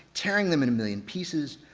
tearing them in a million pieces,